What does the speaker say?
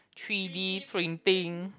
three D printing